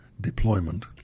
deployment